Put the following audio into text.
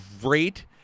great